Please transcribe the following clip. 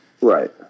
Right